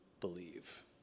believe